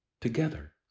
together